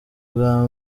ubwa